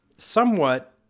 Somewhat